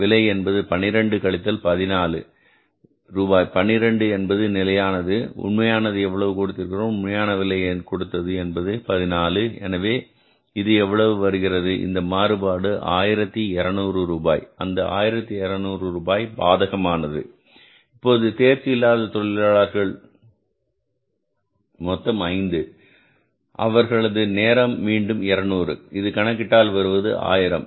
விலை என்பது 12 கழித்தல் 14 ரூபாய் 12 என்பது நிலையானது உண்மையானது எவ்வளவு கொடுத்திருக்கிறோம் உண்மையான விலை கொடுத்தது என்பது ரூபாய் 14 எனவே இது எவ்வளவு வருகிறது இந்த மாறுபாடு 1200 ரூபாய் அந்த 1200 ரூபாய் பாதகமானது இப்போது தேர்ச்சி இல்லாத தொழிலாளர்கள் தேர்ச்சி இல்லாதவர்கள் மொத்தம் 5 தொழிலாளர்கள் அவர்களது நேரம் மீண்டும் 200 இதை கணக்கிட்டால் வருவது 1000